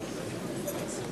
המדינה.)